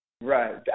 right